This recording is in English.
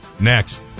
Next